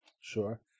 sure